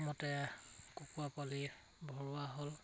মতে কুকুৰা পোৱালি ভৰোৱা হ'ল